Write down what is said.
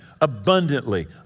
abundantly